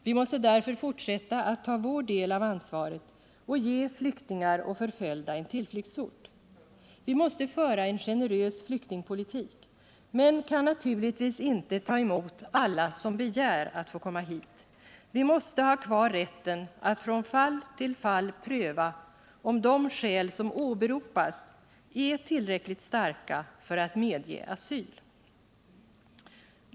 Vi måste därför fortsätta att ta vår del av ansvaret och ge flyktingar och förföljda en tillflyktsort. Vi måste föra en generös flyktingpolitik, men vi kan naturligtvis inte ta emot alla som begär att få komma hit. Vi måste ha kvar rätten att från fall till fall pröva om de skäl som åberopas är tillräckligt starka för att medge asyl.